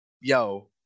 yo